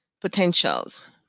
potentials